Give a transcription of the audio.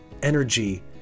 energy